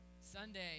Sunday